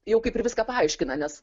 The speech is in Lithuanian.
jau kaip ir viską paaiškina nes